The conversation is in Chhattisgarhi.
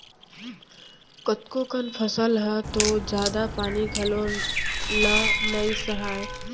कतको कन फसल ह तो जादा पानी घलौ ल नइ सहय